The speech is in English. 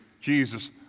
Jesus